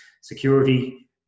Security